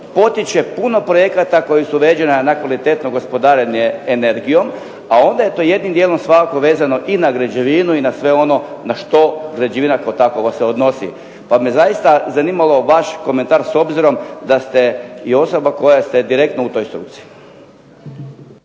potiče puno projekata koji su uređena na kvalitetno gospodarenje energijom, a ovdje je to jednim dijelom svakako vezano i na građevinu i na sve ono na što građevina kao takova se odnosi. Pa me zaista zanimao vaš komentar s obzirom da ste i osoba koja ste direktno u toj struci.